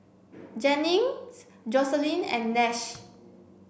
Jennings Joselyn and Nash